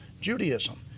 Judaism